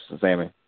Sammy